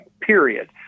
period